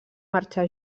marxar